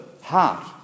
heart